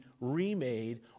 remade